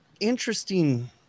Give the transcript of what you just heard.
Interesting